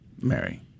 Mary